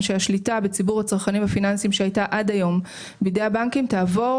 שהשליטה בציבור הצרכנים הפיננסים שהייתה עד היום בידי הבנקים תעבור